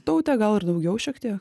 taute gal ir daugiau šiek tiek